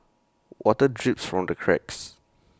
water drips from the cracks